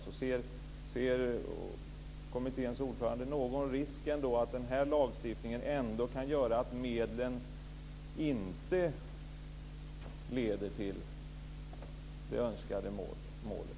Ser kommitténs ordförande någon risk att den här lagstiftningen kan göra att medlen inte leder till det önskade målet?